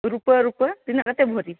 ᱨᱩᱯᱟᱹ ᱨᱩᱯᱟᱹ ᱛᱤᱱᱟᱹᱜ ᱠᱟᱛᱮᱫ ᱵᱷᱚᱨᱤ